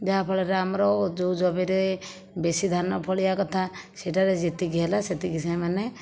ଯାହା ଫଳରେ ଆମର ଯେଉଁ ଜମିରେ ବେଶି ଧାନ ଫଳିବା କଥା ସେହିଟାରେ ଯେତିକି ହେଲା ସେତିକି ସେମାନେ